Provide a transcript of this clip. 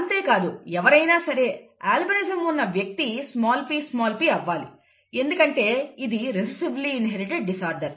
అంతేకాదు ఎవరైనా సరే అల్బినిజం ఉన్న వ్యక్తి pp అవ్వాలి ఎందుకంటే ఇది రెసెసివ్లి ఇన్హెరిటెడ్ డిసార్డర్